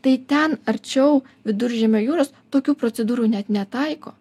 tai ten arčiau viduržemio jūros tokių procedūrų net netaiko